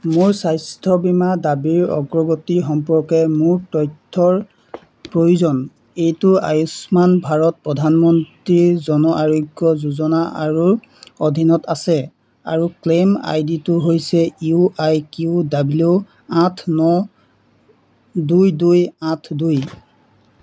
মোৰ স্বাস্থ্য় বীমা দাবীৰ অগ্ৰগতি সম্পৰ্কে মোক তথ্য়ৰ প্ৰয়োজন এইটো আয়ুষ্মান ভাৰত প্ৰধানমন্ত্ৰী জন আৰোগ্য় যোজনা আৰু অধীনত আছে আৰু ক্লেইম আই ডি টো হৈছে ইউ আই কিউ ডাব্লিউ আঠ ন দুই দুই আঠ দুই